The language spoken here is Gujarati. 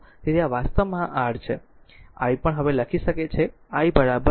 તેથી આ વાસ્તવમાં R છે તેથી i પણ હવે લખી શકે છે